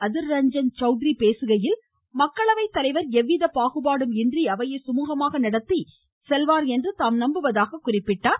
அதிர் ரஞ்சன் சௌத்ரி பேசுகையில் மக்களவைத்தலைவா் எவ்வித பாகுபாடும் இன்றி அவையை சுமூகமாக நடத்தி செல்வார் என தாம் நம்புவதாக குறிப்பிட்டார்